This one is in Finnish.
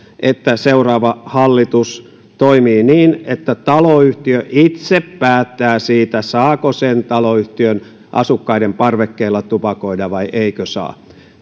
että seuraava hallitus toimii niin että taloyhtiö itse päättää siitä saako sen taloyhtiön asukkaiden parvekkeilla tupakoida vai eikö saa